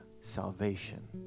salvation